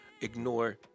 ignore